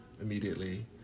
immediately